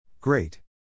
Great